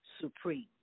supreme